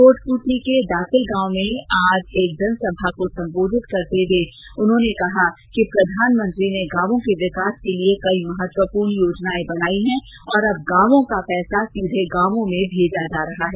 कोटपूतली के दातिल गांव में मूर्ति अनावरण के बाद एक जनसभा को संबोधित करते हुए कहा कि प्रधानमंत्री ने गांवों के विकास के लिए कई महत्वपूर्ण योजनाएं बनाई हैं और अब गांवों का पैसा सीधे गांवो में भेजा जा रहा है